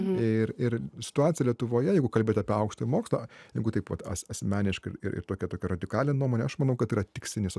ir ir situacija lietuvoje jeigu kalbėti apie aukštąjį mokslą jeigu taip vat pat as asmeniškai ir ir tokia tokią radikalią nuomonę aš manau kad tai yra tikslinis